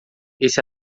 esse